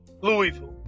Louisville